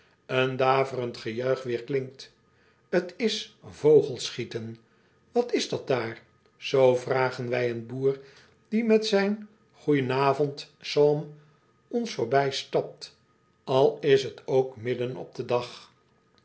en daverend gejuich weerklinkt t s vogelschieten at is dat daar zoo vragen wij een boer die met zijn gen aovend zaom ons voorbijstapt al is t ook midden op den dag